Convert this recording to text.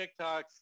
TikToks